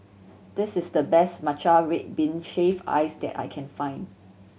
this is the best matcha red bean shaved ice that I can find